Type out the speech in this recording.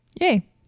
Yay